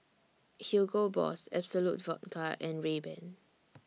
Hugo Boss Absolut Vodka and Rayban